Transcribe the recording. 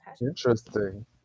Interesting